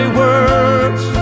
words